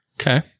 Okay